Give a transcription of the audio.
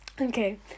okay